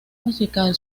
musical